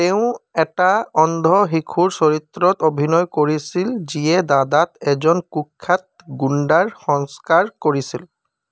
তেওঁ এটা অন্ধ শিশুৰ চৰিত্ৰত অভিনয় কৰিছিল যিয়ে দাদাত এজন কুখ্যাত গুণ্ডাৰ সংস্কাৰ কৰিছিল